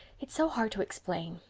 it's so hard to explain.